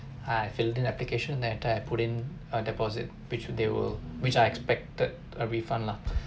I filled in application then I put in a deposit which they will which I expected a refund lah